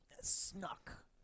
snuck